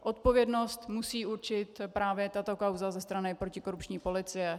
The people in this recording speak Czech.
Odpovědnost musí určit právě tato kauza ze strany protikorupční policie.